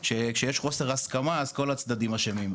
שכשיש חוסר הסכמה אז כל הצדדים אשמים,